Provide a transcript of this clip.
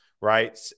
Right